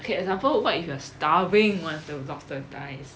okay example what if you are starving once the lobster dies